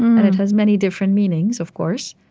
and it has many different meanings, of course.